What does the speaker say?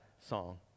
song